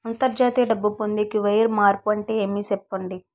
అంతర్జాతీయ డబ్బు పొందేకి, వైర్ మార్పు అంటే ఏమి? సెప్పండి?